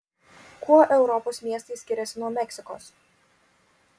kuo europos miestai skiriasi nuo meksikos